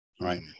Right